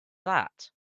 that